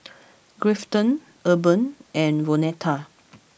Grafton Urban and Vonetta